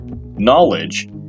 knowledge